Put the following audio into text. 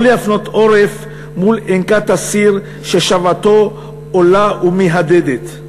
לא להפנות עורף מול אנקת אסיר ששוועתו עולה ומהדהדת.